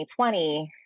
2020